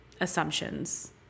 assumptions